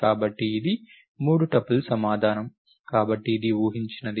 కాబట్టి ఇది 3 టుపుల్ సమాధానం కాబట్టి ఇది ఊహించినది